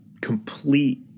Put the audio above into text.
complete